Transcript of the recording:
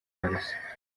barasa